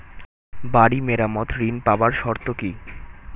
বাড়ি মেরামত ঋন পাবার শর্ত কি?